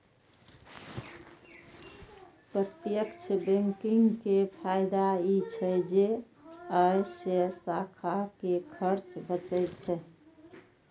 प्रत्यक्ष बैंकिंग के फायदा ई छै जे अय से शाखा के खर्च बचै छै